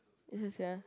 yes sia